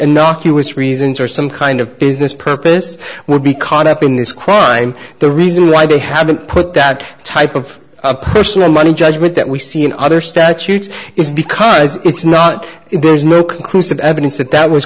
innocuous reasons or some kind of business purpose would be caught up in this crime the reason why they have to put that type of personal money judgment that we see in other statutes is because it's not there's no conclusive evidence that